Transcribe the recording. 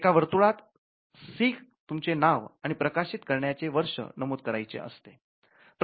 एका वर्तुळात सी © तुमचे नावआणि प्रकाशित करण्याचे वर्ष नमूद करायचे असते